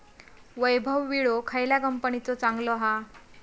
वैभव विळो खयल्या कंपनीचो चांगलो हा?